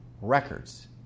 records